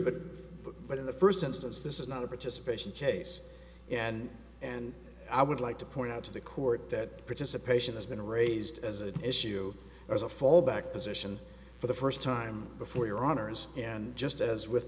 but but in the first instance this is not a participation case and and i would like to point out to the court that participation has been raised as an issue as a fallback position for the first time before your honor's and just as with